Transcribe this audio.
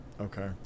Okay